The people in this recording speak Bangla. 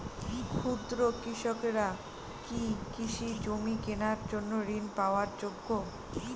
ক্ষুদ্র কৃষকরা কি কৃষি জমি কেনার জন্য ঋণ পাওয়ার যোগ্য?